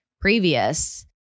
previous